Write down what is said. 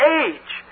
age